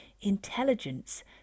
intelligence